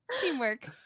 teamwork